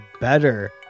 better